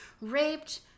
raped